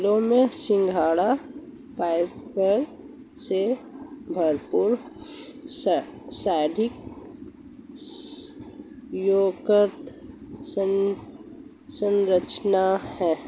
फलों में सिंघाड़ा फाइबर से भरपूर स्टार्च युक्त संरचना है